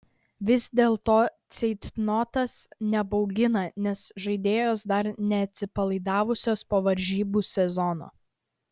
vis dėlto ceitnotas nebaugina nes žaidėjos dar neatsipalaidavusios po varžybų sezono